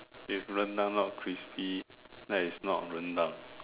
if rendang not crispy that is not rendang